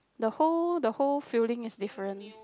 the whole the whole feeling is different